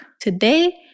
Today